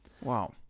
Wow